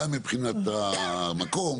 גם מבחינת המקום,